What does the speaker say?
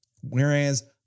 whereas